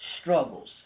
struggles